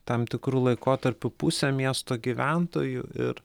tam tikru laikotarpiu pusę miesto gyventojų ir